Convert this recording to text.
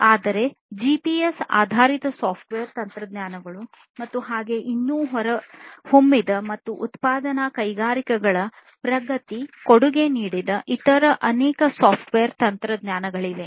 ಆದರೆ ಜಿಪಿಎಸ್ ಆಧಾರಿತ ಸಾಫ್ಟ್ವೇರ್ ತಂತ್ರಜ್ಞಾನಗಳು ಮತ್ತು ಹಾಗೆ ಇದು ಹೊರಹೊಮ್ಮಿದ ಮತ್ತು ಉತ್ಪಾದನಾ ಕೈಗಾರಿಕೆಗಳ ಪ್ರಗತಿ ಕೊಡುಗೆ ನೀಡಿದ ಇತರ ಅನೇಕ ಸಾಫ್ಟ್ವೇರ್ ತಂತ್ರಜ್ಞಾನಗಳಿವೆ